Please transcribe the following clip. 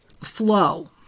flow